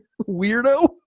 weirdo